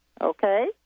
Okay